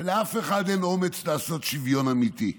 ולאף אחד אין אומץ לעשות שוויון אמיתי.